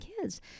kids